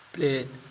play